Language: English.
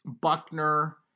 Buckner